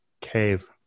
cave